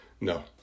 No